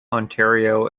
ontario